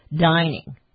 dining